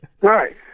Right